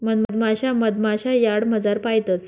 मधमाशा मधमाशा यार्डमझार पायतंस